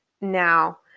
now